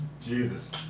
Jesus